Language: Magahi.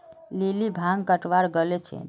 लिली भांग कटावा गले छे